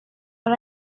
but